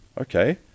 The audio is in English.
okay